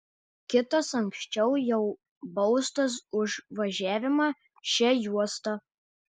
kitas anksčiau jau baustas už važiavimą šia juosta